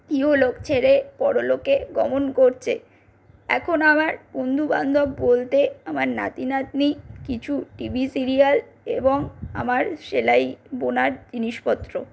ইহলোক ছেড়ে পরলোকে গমন করছে এখন আমার বন্ধুবান্ধব বলতে আমার নাতি নাতনি কিছু টিভি সিরিয়াল এবং আমার সেলাই বোনার জিনিসপত্র